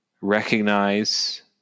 recognize